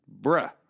Bruh